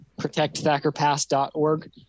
protectthackerpass.org